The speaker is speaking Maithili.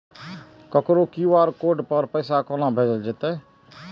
ककरो क्यू.आर कोड पर पैसा कोना भेजल जेतै?